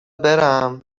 برم